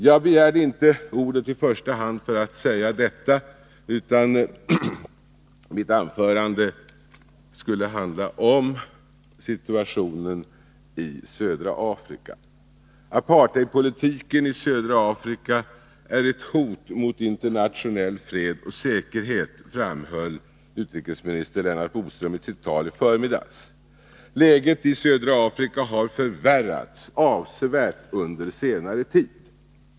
Jag begärde inte ordet i första hand för att säga detta, utan mitt anförande skall handla om situationen i södra Afrika. Apartheidpolitiken i södra Afrika är ett hot mot internationell fred och säkerhet, framhöll utrikesminister Lennart Bodström i sitt tal i förmiddags. Läget i södra Afrika har förvärrats avsevärt under senare tid.